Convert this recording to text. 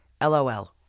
LOL